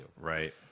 right